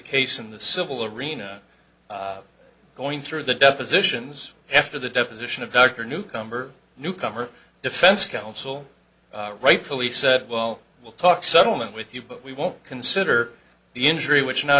case in the civil arena going through the depositions after the deposition of dr new cumber newcomer defense counsel rightfully said well we'll talk settlement with you but we won't consider the injury which now